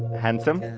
handsome?